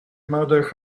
mother